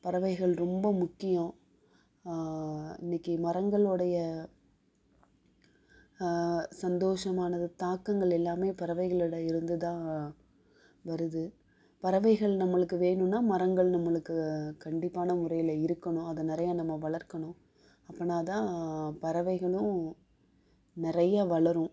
பறவைகள் ரொம்ப முக்கியம் இன்னைக்கு மரங்களுடைய சந்தோஷமானது தாக்கங்கள் எல்லாமே பறவைகளோட இருந்து தான் வருது பறவைகள் நம்மளுக்கு வேணும்னா மரங்கள் நம்மளுக்கு கண்டிப்பான முறையில் இருக்கணும் அதை நிறையா நம்ம வளர்க்கணும் அப்பட்னா தான் பறவைகளும் நிறையா வளரும்